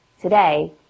Today